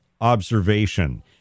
observation